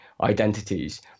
identities